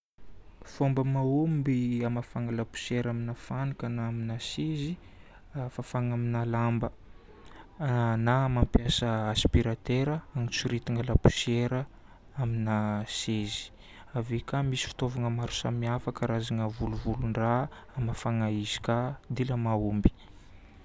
Fomba mahomby amafana lapoussière amina fanaka na amina sezy, fafagna amina lamba. Na mampiasa aspiratera anantsoritana lapoussière amina sezy. Ave ka misy fitaovagna maro samihafa karazagna volovolon-draha amafagna izy ka dila mahomby.